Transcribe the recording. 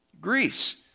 Greece